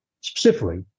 specifically